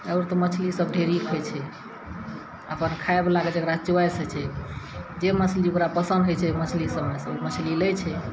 आओर तऽ मछली सभ ढेरिक होइ छै अपन खाय बला कऽ जेकरा चुआइस होइ छै जे मछली ओकरा पसन होइ छै ओ मछली सभमे से ओ मछली लै छै